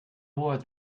word